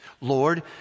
Lord